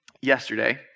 yesterday